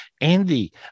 Andy